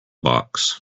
box